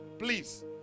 Please